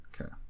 Okay